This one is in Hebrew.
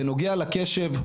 בנוגע לקשב,